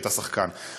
שהייתה שחקנית.